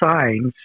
signs